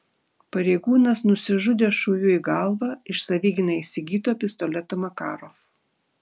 pareigūnas nusižudė šūviu į galvą iš savigynai įsigyto pistoleto makarov